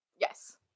yes